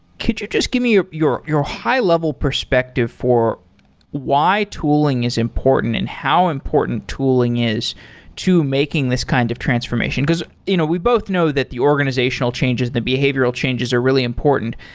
could you just give me your your high-level perspective for why tooling is important and how important tooling is to making this kind of transformation? because you know we both know that the organizational changes, the behavioral changes are really important,